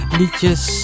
liedjes